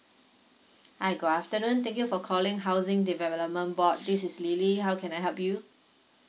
hi good afternoon thank you for calling housing development board this is lily how can I help you